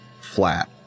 flat